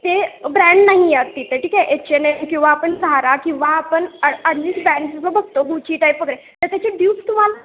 ते ब्रँड नाही आहेत तिथे ठीक आहे एच एन एन किंवा आपण झारा किंवा आपण अज अजिस पॅन्टसुद्धा बघतो गुची टाईप वगैरे तर त्याचे ड्यूप्स तुम्हाला